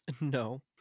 No